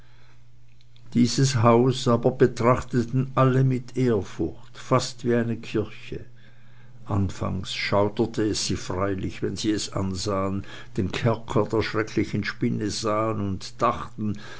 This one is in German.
dieses haus aber betrachteten alle mit ehrfurcht fast wie eine kirche anfangs schauderte es sie freilich wenn sie es ansahen den kerker der schrecklichen spinne sahen und dachten